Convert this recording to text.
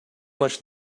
much